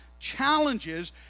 challenges